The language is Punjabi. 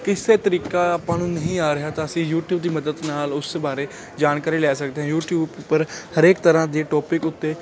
ਕਿਸੇ ਤਰੀਕਾ ਆਪਾਂ ਨੂੰ ਨਹੀਂ ਆ ਰਿਹਾ ਤਾਂ ਅਸੀਂ ਯੂਟੀਊਬ ਦੀ ਮਦਦ ਨਾਲ ਉਸ ਬਾਰੇ ਜਾਣਕਾਰੀ ਲੈ ਸਕਦੇ ਹਾਂ ਯੂਟੀਊਬ ਉੱਪਰ ਹਰੇਕ ਤਰ੍ਹਾਂ ਦੀ ਟੋਪਿਕ ਉੱਤੇ